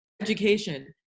education